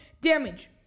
damage